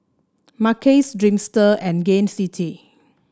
Mackays Dreamster and Gain City